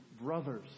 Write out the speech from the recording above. brothers